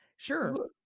Sure